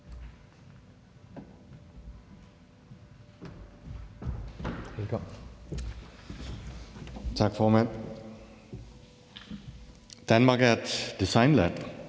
(DF): Tak, formand. Danmark er et designland.